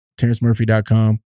terrencemurphy.com